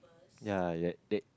ya like it